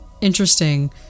interesting